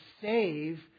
save